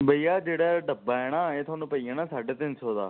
भैया जेह्ड़ा डब्बा ऐ ना एह् थाह्नूं पेई जाना साढ़े तीन सौ दा